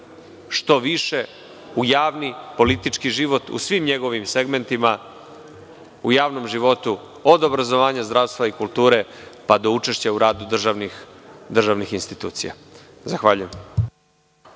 što više u javni politički život u svim njegovim segmentima, u javnom životu od obrazovanja, zdravstva i kulture, pa do učešća u radu državnih institucija. Zahvaljujem.